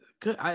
good